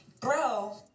Bro